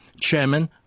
Chairman